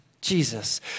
Jesus